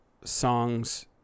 songs